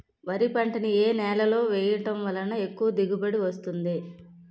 వరి పంట ని ఏ నేలలో వేయటం వలన ఎక్కువ దిగుబడి వస్తుంది?